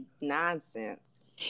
nonsense